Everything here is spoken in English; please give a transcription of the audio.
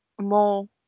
more